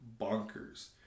bonkers